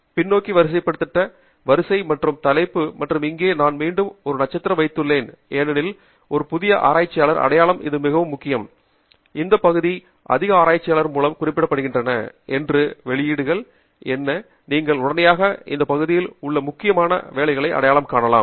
பின்னோக்கி வரிசைப்படுத்தப்பட்ட வரிசை மற்றும் தலைப்பு மற்றும் இங்கே நான் மீண்டும் ஒரு நட்சத்திரம் வைத்துள்ளேன் ஏனெனில் ஒரு புதிய ஆராய்ச்சியாளர் அடையாளம் இது மிகவும் முக்கியம் இந்த பகுதியில் அதிக ஆராய்ச்சியாளர் மூலம் குறிப்பிடப்படுகின்றன என்று வெளியீடுகள் என்ன நீங்கள் உடனடியாக இந்த பகுதியில் உள்ள முக்கியமான வேலைகளை அடையாளம் காணவும்